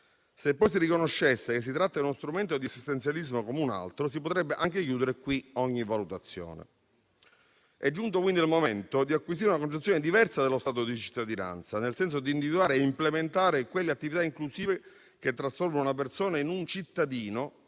Se poi si riconoscesse che si tratta di uno strumento di assistenzialismo come un altro, si potrebbe anche chiudere qui ogni valutazione. È giunto quindi il momento di acquisire una concezione diversa dello stato di cittadinanza, nel senso di individuare e implementare quelle attività inclusive che trasformano una persona in un cittadino,